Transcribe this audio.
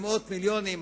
במאות מיליונים,